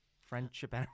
friendship